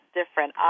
different